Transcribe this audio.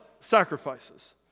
sacrifices